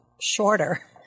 shorter